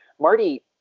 Marty